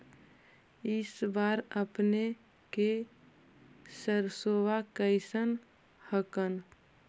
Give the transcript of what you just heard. इस बार अपने के सरसोबा कैसन हकन?